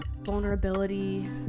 vulnerability